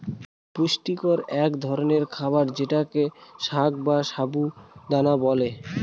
পুষ্টিকর এক ধরনের খাবার যেটাকে সাগ বা সাবু দানা বলে